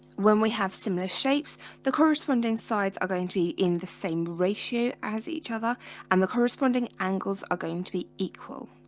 when we have similar shapes the corresponding sides are going to be in the same ratio as each other and the corresponding angles are going to be equal